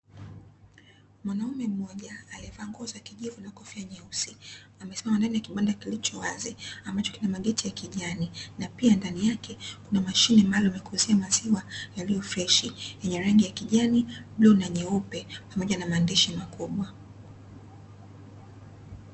Mwanaume mmoja aliyea nguo za kijivu na kofia nyeusi, amesimama ndani ya kibanda kilicho wazi ambacho kina mageti ya kijani, pia ndani yake kuna mashine maalumu ya kuuzia maziwa yaliyo freshi yenye rangi ya kijani, bluu na nyeupe pamoja na maandishi makubwa.